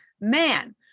man